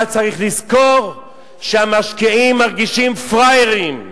אבל צריך לזכור שהמשקיעים מרגישים פראיירים,